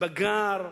בגר,